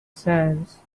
sands